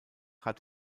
hat